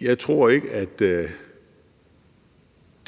Jeg tror ikke, at